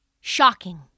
Shocking